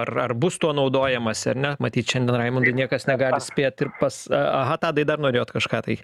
ar ar bus tuo naudojamasi ar ne matyt šiandien raimundai niekas negali spėt ir pas aha tadai dar norėjot kažką tai